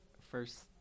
First